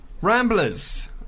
Ramblers